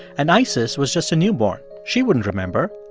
and isis was just a newborn. she wouldn't remember.